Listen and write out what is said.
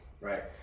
right